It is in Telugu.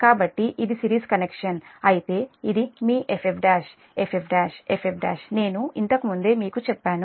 కాబట్టి ఇది సిరీస్ కనెక్షన్ అయితే ఇది మీ F F1 F F1 F F1 నేను ఇంతకు ముందే మీకు చెప్పాను